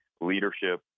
leadership